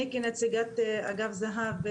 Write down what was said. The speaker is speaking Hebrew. כנציגת אגף זה"ב,